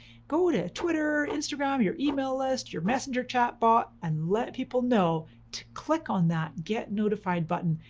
go to twitter, instagram, your email list, your messenger chat bot, and let people know to click on that get notified button,